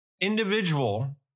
individual